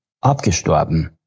abgestorben